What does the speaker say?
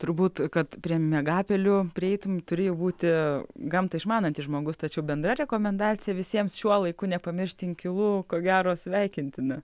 turbūt kad prie miegapelių prieitum turi jau būti gamtą išmanantis žmogus tačiau bendra rekomendacija visiems šiuo laiku nepamiršti inkilų ko gero sveikintina